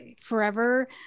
forever